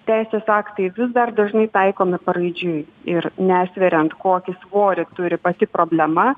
teisės aktai vis dar dažnai taikomi paraidžiui ir nesveriant kokį svorį turi pati problema